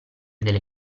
delle